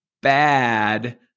bad